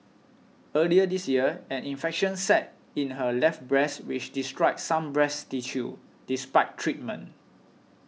early this year an infection set in her left breast which destroyed some breast tissue despite treatment